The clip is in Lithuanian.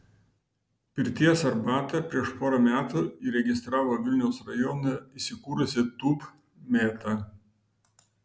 pirties arbatą prieš porą metų įregistravo vilniaus rajone įsikūrusi tūb mėta